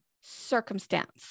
circumstance